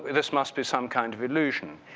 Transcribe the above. this must be some kind of illusion.